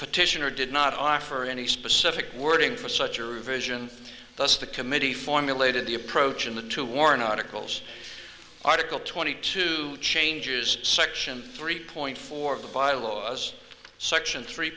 petitioner did not offer any specific wording for such a revision thus the committee formulated the approach in the two worn articles article twenty two changes section three point four of the bylaws section three